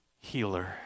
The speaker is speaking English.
healer